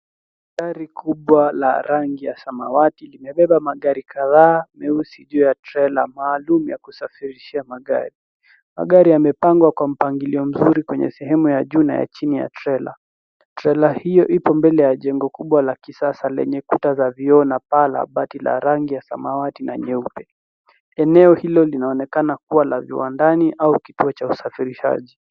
Gari kubwa la rangi ya samawati limebeba magari kadhaa meusi juu ya trela maalum ya kusafirishia magari. Magari yamepangwa kwa mpangilio mzuri kwenye sehemu ya juu na ya chini ya trela. Trela hiyo ipo mbele ya jengo kubwa la kisasa lenye kuta za vioo na paa la rangi ya samawati na nyeupe. Eneo hilo linaonekana kuwa la viwandani au kituo cha usafirishaji.